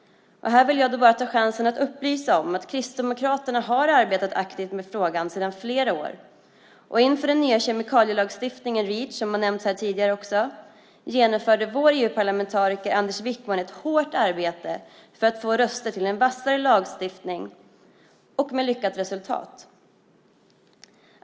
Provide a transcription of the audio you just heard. Här vill jag då bara ta chansen att upplysa om att Kristdemokraterna har arbetat aktivt med frågan sedan flera år. Inför den nya kemikalielagstiftningen, Reach, som har nämnts här tidigare också, genomförde vår EU-parlamentariker Anders Wickman ett hårt arbete för att få röster till en vassare lagstiftning, och detta med lyckat resultat.